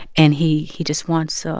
and he he just wants so